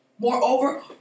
Moreover